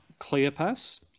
Cleopas